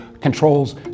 controls